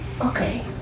Okay